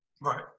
Right